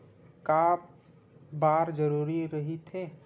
का बार जरूरी रहि थे?